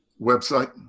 Website